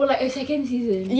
oh like a second season